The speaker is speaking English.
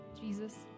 Jesus